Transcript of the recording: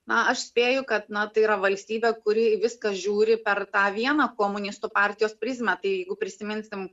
na aš spėju kad na tai yra valstybė kuri viską žiūri per tą vieną komunistų partijos prizmę tai jeigu prisiminsime